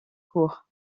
courts